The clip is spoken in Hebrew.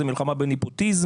זה מלחמה בנפוטיזם,